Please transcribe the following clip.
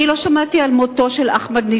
אני לא שמעתי על מותו של אחמדינג'אד,